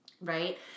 Right